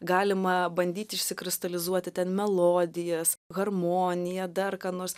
galima bandyt išsikristalizuoti ten melodijas harmoniją dar ką nors